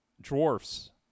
Dwarfs